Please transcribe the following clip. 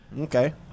Okay